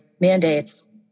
mandates